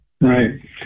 Right